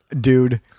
dude